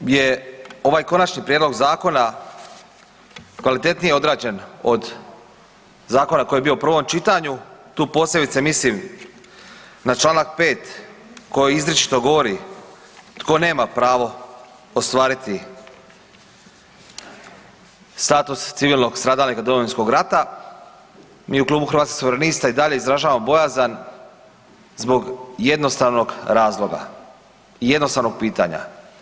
I iako je ovaj končani prijedlog zakona kvalitetnije odrađen od zakona koji je bio u prvom čitanju, tu posebice mislim na Članak 5. koji izričito govori tko nema pravo ostvariti status civilnog stradalnika Domovinskog rata mi u Klubu Hrvatskih suverenista i dalje izražavamo bojazan zbog jednostavnog razloga i jednostavnog pitanja.